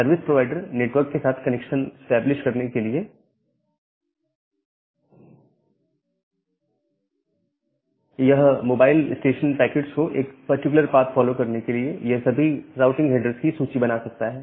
service provider network के साथ connection established करने के लिए यह मोबाइल स्टेशन पैकेट्स को एक पर्टिकुलर पाथ फॉलो करने के लिए यह सभी राउटिंग हेडर्स की सूची बना सकता है